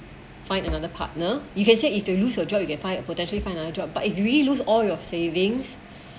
find another partner you can say if you lose your job you get find a potentially find another job but if you really lose all your savings